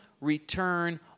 return